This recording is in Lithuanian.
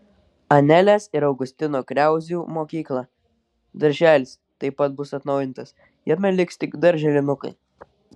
anelės ir augustino kriauzų mokykla darželis taip pat bus atnaujintas jame liks tik darželinukai